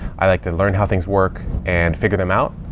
i like to learn how things work and figure them out.